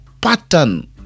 pattern